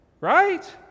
Right